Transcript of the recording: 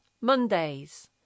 Mondays